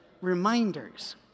reminders